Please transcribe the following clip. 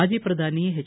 ಮಾಜಿ ಪ್ರಧಾನಿ ಎಚ್